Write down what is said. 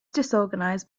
disorganized